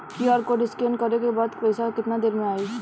QR code scan न करे क बाद पइसा केतना देर म जाई?